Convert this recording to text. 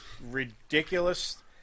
ridiculous